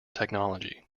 technology